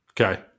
Okay